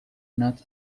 not